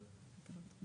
מה